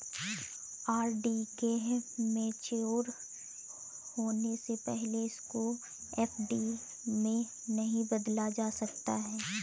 RD के mature होने से पहले इसको एफ.डी में नहीं बदला जा सकता